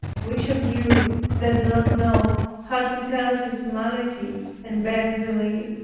which of you does not know how to tell his malady, and beg relief?